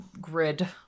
grid